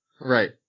Right